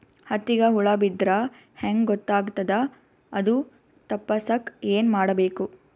ಹತ್ತಿಗ ಹುಳ ಬಿದ್ದ್ರಾ ಹೆಂಗ್ ಗೊತ್ತಾಗ್ತದ ಅದು ತಪ್ಪಸಕ್ಕ್ ಏನ್ ಮಾಡಬೇಕು?